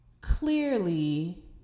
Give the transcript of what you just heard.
Clearly